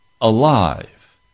alive